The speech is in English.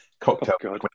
cocktail